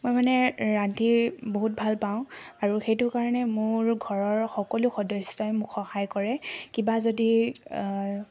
মই মানে ৰান্ধি বহুত ভাল পাওঁ আৰু সেইটো কাৰণে মোৰ ঘৰৰ সকলো সদস্যই মোক সহায় কৰে কিবা যদি